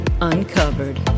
Uncovered